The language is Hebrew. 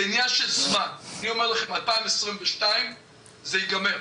זה עניין של זמן, אני אומר לכם, 2022 זה ייגמר.